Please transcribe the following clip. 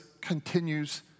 continues